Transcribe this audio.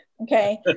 Okay